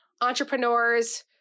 entrepreneurs